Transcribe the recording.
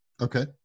okay